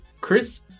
chris